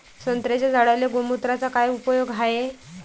संत्र्याच्या झाडांले गोमूत्राचा काय उपयोग हाये?